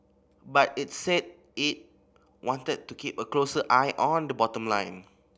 but it's said it wanted to keep a closer eye on the bottom line